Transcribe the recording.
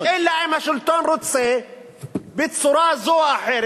אלא אם השלטון רוצה בצורה זו או אחרת,